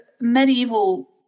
medieval